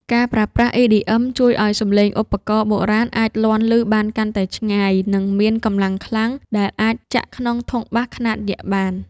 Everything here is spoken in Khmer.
ការប្រើប្រាស់ EDM ជួយឱ្យសំឡេងឧបករណ៍បុរាណអាចលាន់ឮបានកាន់តែឆ្ងាយ និងមានកម្លាំងខ្លាំងដែលអាចចាក់ក្នុងធុងបាសខ្នាតយក្សបាន។